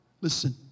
Listen